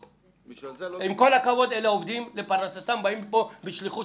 הם עובדים לפרנסתם והם באים לפה בשליחות